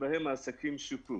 שבהם העסקים שופו.